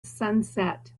sunset